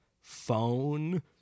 phone